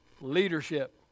leadership